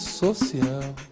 social